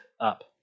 up